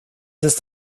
ist